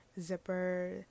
zipper